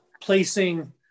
placing